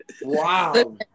Wow